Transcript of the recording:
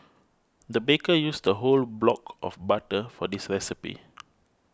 the baker used a whole block of butter for this recipe